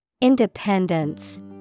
Independence